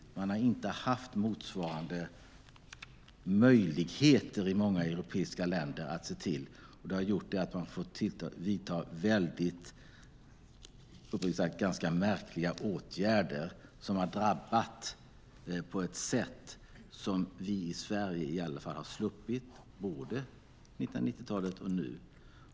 I många europeiska länder har man inte haft motsvarande möjligheter. Det har gjort att man fått vidta, uppriktigt sagt, ganska märkliga åtgärder som har drabbat på ett sätt som vi i Sverige i alla fall har sluppit både under 1990-talet och nu.